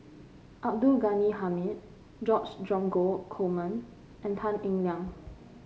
Abdul Ghani Hamid George Dromgold Coleman and Tan Eng Liang